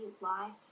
life